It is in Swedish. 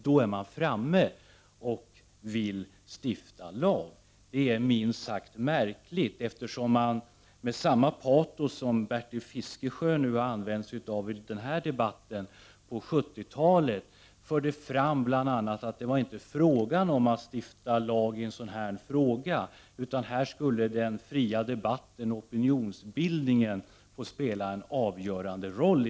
Det är alltså märkligt, eftersom centerpartiet på 1970-talet anförde, med samma patos som Bertil Fiskesjö visar i denna debatt, att det inte var fråga om att stifta lag utan om att den fria debatten och opinionsbildningen skulle få spela en avgörande roll.